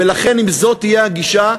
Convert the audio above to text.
ולכן אם זו תהיה הגישה,